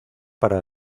para